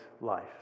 life